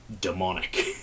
demonic